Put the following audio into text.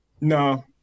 No